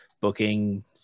booking